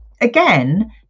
again